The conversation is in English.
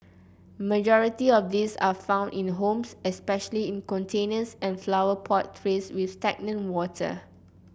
majority of these are found in homes especially in containers and flower pot trays with stagnant water